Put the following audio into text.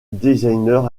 designer